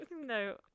No